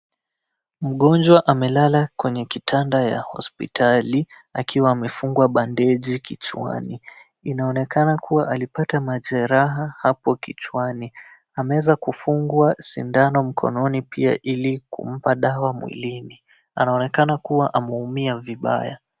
Mgonjwa amelala kwenye kitanda ya hospitali akiwa amefungwa bandeji kichwani inaonekana kua alipata majeraha hapo kichwani ameweza kufungwa sindano mkononi pia ili kumpa dawa mwilini anaonekana kuwa ameumia vibaya.